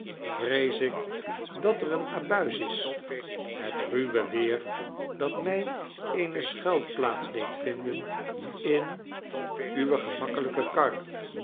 vrees ik dat er een abuis is het ruwe weer dat mij eene schualplaats deed vinden in uwe gemakkelijke kar